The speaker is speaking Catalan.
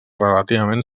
relativament